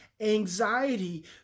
anxiety